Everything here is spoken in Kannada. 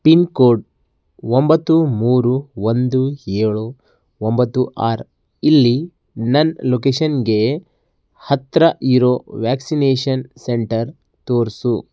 ಪಿನ್ ಕೋಡ್ ಒಂಬತ್ತು ಮೂರು ಒಂದು ಏಳು ಒಂಬತ್ತು ಆರು ಇಲ್ಲಿ ನನ್ನ ಲೊಕೇಶನ್ಗೆ ಹತ್ತಿರ ಇರೋ ವ್ಯಾಕ್ಸಿನೇಷನ್ ಸೆಂಟರ್ ತೋರಿಸು